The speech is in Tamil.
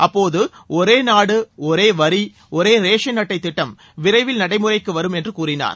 அப்போது ஒரேநாடு ஒரே வரி ஒரே ரேஷன் அட்டை திட்டம் விரைவில் நடைமுறைக்கு வரும் என்று கூறினார்